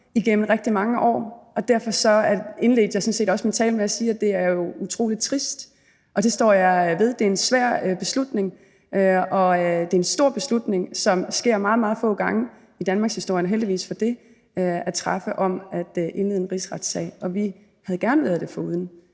igennem rigtig mange år. Derfor indledte jeg sådan set også min tale med at sige, at det jo er utrolig trist, og det står jeg ved. Det er en svær beslutning, og det er en stor beslutning at træffe – og den finder sted meget, meget få gange i danmarkshistorien, heldigvis for det – i forhold til at indlede en rigsretssag. Og vi havde gerne været det foruden